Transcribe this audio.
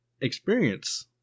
experience